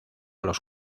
los